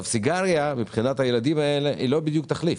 סיגריה מבחינת הילדים האלה היא לא בדיוק תחליף,